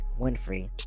Winfrey